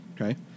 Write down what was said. Okay